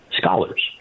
scholars